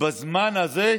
בזמן הזה,